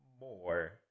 more